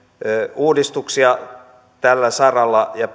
uudistuksia tällä saralla ja